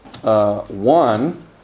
One